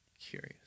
curious